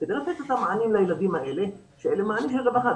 כדי לתת את המענים לילדים האלה שאלה מענים של רווחה.